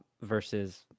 versus